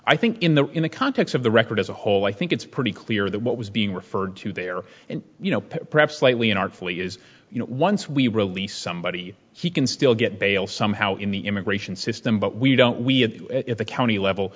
i think in the in the context of the record as a whole i think it's pretty clear that what was being referred to there and you know perhaps slightly artfully is you know once we release somebody he can still get bail somehow in the immigration system but we don't we at the county level